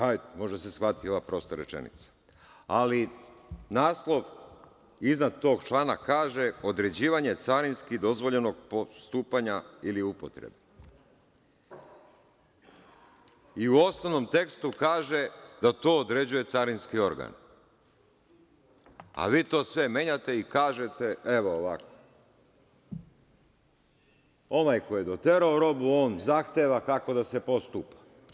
Hajde, može da se shvati ova prosta rečenica, ali naslov iznad tog člana kaže – određivanje carinski dozvoljenog postupanja ili upotrebe i u osnovnom tekstu kaže da to određuje carinski organ, a vi to sve menjate i kažete evo ovako – ovaj ko je doterao robu on zahteva kako da se postupa.